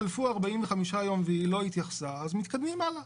חלפו 45 יום והיא לא התכנסה, אז מתקדמים הלאה.